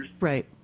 Right